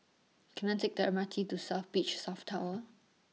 Can I Take The M R T to South Beach South Tower